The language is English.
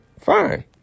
fine